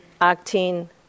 acting